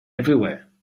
everywhere